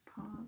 Pause